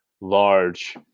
Large